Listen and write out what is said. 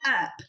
up